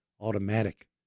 automatic